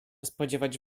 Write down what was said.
spodziewać